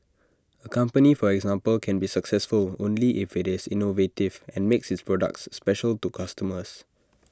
A company for example can be successful only if IT is innovative and makes its products special to customers